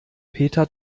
peter